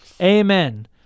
Amen